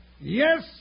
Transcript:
Yes